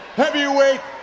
heavyweight